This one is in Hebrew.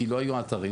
כי לא היו אתרים.